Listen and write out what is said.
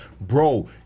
Bro